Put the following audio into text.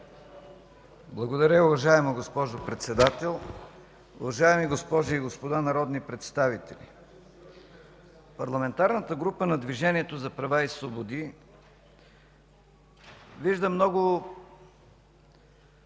Благодаря, уважаема госпожо Председател. Уважаеми госпожи и господа народни представители! Парламентарната група на Движението за права и свободи вижда много